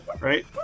right